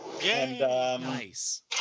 Nice